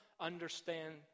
understand